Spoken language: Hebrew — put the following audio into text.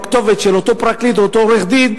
הכתובת של אותו פרקליט או אותו עורך-דין,